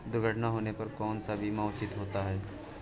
दुर्घटना होने पर कौन सा बीमा उचित होता है?